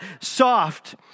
soft